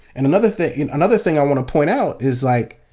and another thing and another thing i want to point out is, like,